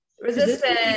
resistance